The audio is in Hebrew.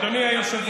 תציין מי פה,